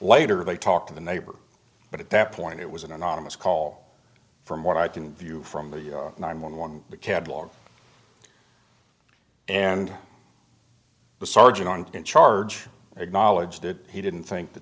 later they talked to the neighbor but at that point it was an anonymous call from what i can view from the nine one one catalog and the sergeant in charge acknowledged that he didn't think the